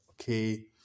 okay